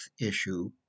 issue